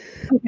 Okay